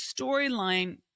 storyline